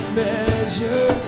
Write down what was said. measure